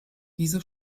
diese